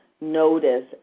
notice